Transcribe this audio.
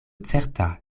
certa